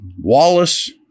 Wallace